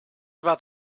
about